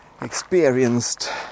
experienced